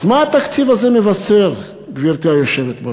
אז מה התקציב הזה מבשר, גברתי היושבת-ראש?